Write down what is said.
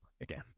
Again